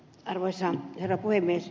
arvoisa herra puhemies